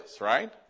right